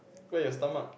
where your stomach